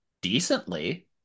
decently